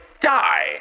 die